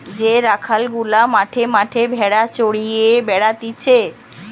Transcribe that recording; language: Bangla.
যে রাখাল গুলা মাঠে মাঠে ভেড়া চড়িয়ে বেড়াতিছে